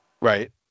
Right